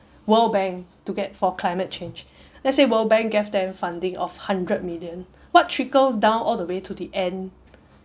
world bank to get for climate change let's say world bank gave them funding of hundred million what trickles down all the way to the end